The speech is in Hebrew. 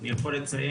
אני יכול לציין,